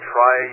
Try